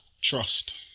trust